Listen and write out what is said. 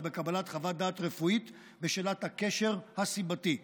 בקבלת חוות רפואית בשאלת הקשר הסיבתי.